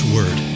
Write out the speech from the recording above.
Word